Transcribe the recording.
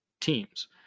teams